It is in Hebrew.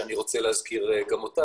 שאני רוצה להזכיר אותה.